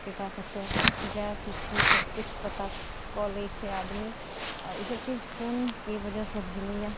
केकरा कतऽ जायके छै सभकिछु पता कऽ लै छै आदमी आ ई सभचीज फोन के वजह सँ भेलैए